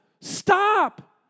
Stop